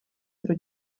pro